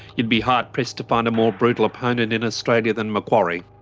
you'd be hard pressed to find a more brutal opponent in australia than macquarie.